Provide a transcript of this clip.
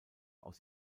aus